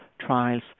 trials